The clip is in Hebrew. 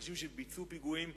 אנשים שביצעו פיגועים.